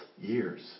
years